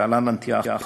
להלן: נטיעה חלופית.